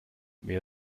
wer